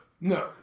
No